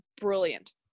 Brilliant